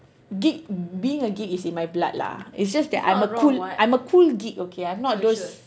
geek being a geek is in my blood lah it's just that I'm a cool I'm a cool geek okay I'm not those